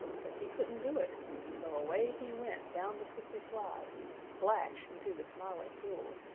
but he couldn't do it and so away he went down the slippery slide, splash into the smiling pool.